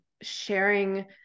sharing